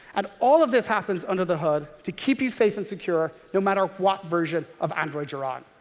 and all of this happens under the hood to keep you safe and secure, no matter what version of android you're on.